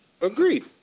Agreed